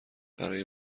برای